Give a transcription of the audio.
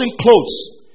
clothes